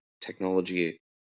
technology